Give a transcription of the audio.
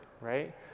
right